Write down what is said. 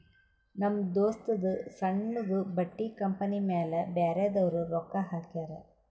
ನಮ್ ದೋಸ್ತದೂ ಸಣ್ಣುದು ಬಟ್ಟಿ ಕಂಪನಿ ಮ್ಯಾಲ ಬ್ಯಾರೆದವ್ರು ರೊಕ್ಕಾ ಹಾಕ್ಯಾರ್